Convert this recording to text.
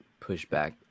pushback